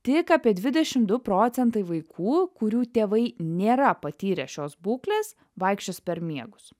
tik apie dvidešimt du procentai vaikų kurių tėvai nėra patyrę šios būklės vaikščios per miegus